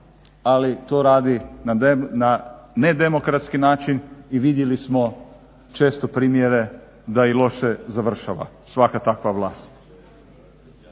ali to radi na nedemokratski način i vidjeli smo često primjere da i loše završava svaka takva vlast.